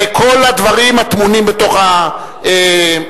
כל הדברים הטמונים בתוך התקנון.